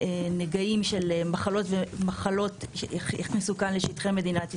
נגעים של מחלות שיכניסו כאן לשטחי מדינת ישראל.